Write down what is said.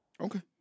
Okay